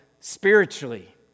spiritually